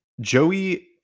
joey